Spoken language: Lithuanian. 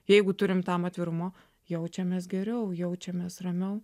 jeigu turim tam atvirumo jaučiamės geriau jaučiamės ramiau